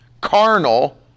carnal